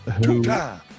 Two-time